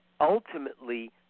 ultimately